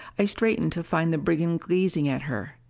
i straightened to find the brigand gazing at her.